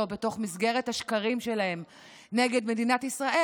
בתוך מסגרת השקרים שלהם נגד מדינת ישראל.